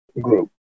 group